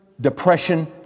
Depression